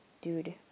dude